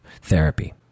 therapy